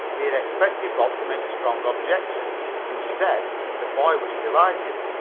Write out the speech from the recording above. he had expected bob to make strong objections. instead the boy was delighted.